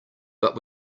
but